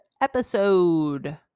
episode